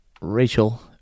Rachel